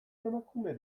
emakume